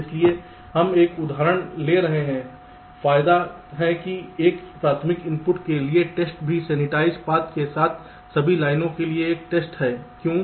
इसलिए हम एक उदाहरण ले रहे हैं फायदे हैं कि एक प्राथमिक इनपुट के लिए टेस्ट भी सेनीटाइज पाथ के साथ सभी लाइनों के लिए एक टेस्ट है क्यों